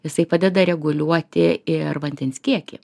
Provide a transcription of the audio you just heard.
jisai padeda reguliuoti ir vandens kiekį